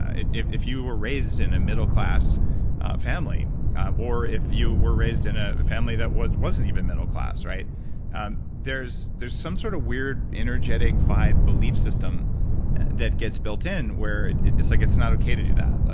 if if you were raised in a middle class family or if you were raised in a family that what wasn't even middle class, um there's there's some sort of weird energetic vibe belief system that gets built in where it's like it's not okay to do that.